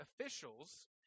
officials